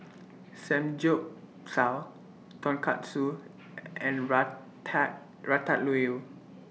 Samgyeopsal Tonkatsu and Rata Ratatouille